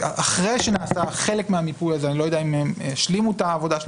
אחרי שנעשה חלק מהמיפוי אני לא יודע אם השלימו מלאכה זו